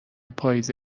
پاییز